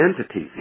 entities